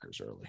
early